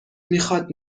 میخاد